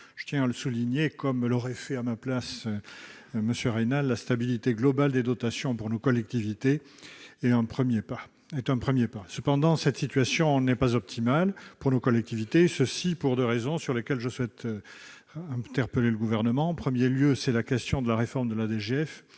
Je tiens à le souligner, comme l'aurait fait à ma place M. Raynal, la stabilité globale des dotations pour nos collectivités est un premier pas. Cependant, cette situation n'est pas optimale pour elles, et ce pour deux raisons sur lesquelles je souhaite interpeller le Gouvernement. En premier lieu, c'est la question de la réforme de la DGF,